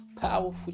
Powerful